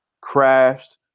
crashed